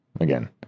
again